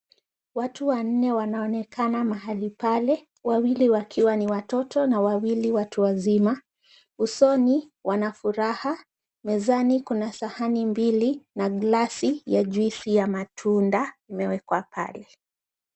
Watu wanne wanaonekana mahali pale, wawili wakiwa ni watoto na wawili watu wazima. Usoni wana furaha. Mezani kuna sahani mbili na glasi ya juisi ya matunda imewekwa pale.